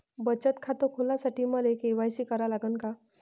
बचत खात खोलासाठी मले के.वाय.सी करा लागन का?